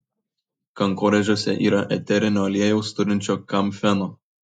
kankorėžiuose yra eterinio aliejaus turinčio kamfeno